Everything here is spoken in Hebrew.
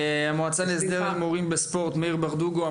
אנחנו נשמע עכשיו את מאיר ברדוגו,